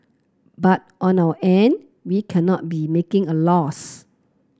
but on our end we cannot be making a loss